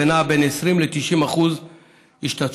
ונעה בין 20% ל-90% השתתפות,